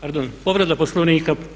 Pardon, povreda Poslovnika.